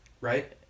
right